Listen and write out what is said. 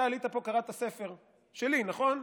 אתה עלית פה וקראת את הספר שלי, נכון?